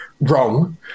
wrong